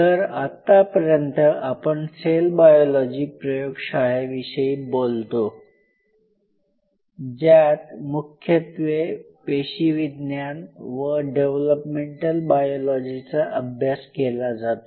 तर आतापर्यंत आपण सेल बायोलॉजी प्रयोगशाळेविषयी बोलतो ज्यात मुख्यत्वे पेशीविज्ञान व डेव्हलपमेंटल बायोलॉजीचा अभ्यास केला जातो